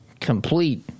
complete